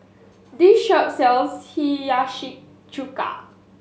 this shop sells Hiyashi Chuka